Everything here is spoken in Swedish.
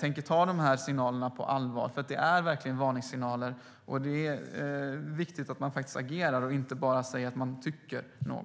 tänker ta de här signalerna på allvar, för det är verkligen varningssignaler. Det är viktigt att man agerar och inte bara säger att man tycker något.